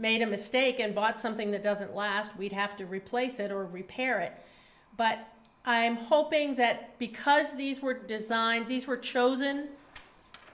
made a mistake and bought something that doesn't last we'd have to replace it or repair it but i'm hoping that because these were designed these were chosen